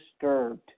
disturbed